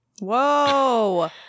Whoa